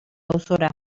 auzora